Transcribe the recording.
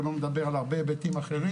ולא מדבר על הרבה היבטים אחרים.